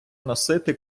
носити